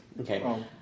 Okay